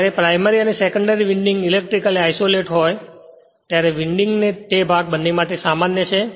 જ્યારે પ્રાઇમરી અને secondary winding electrically જોડાય છે ત્યારે વિન્ડિંગનો તે ભાગ બંને માટે સામાન્ય છે